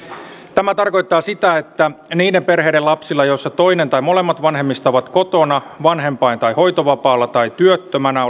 tämä tarkoittaa sitä että niiden perheiden lapsilla joissa toinen tai molemmat vanhemmista ovat kotona vanhempain tai hoitovapaalla tai työttömänä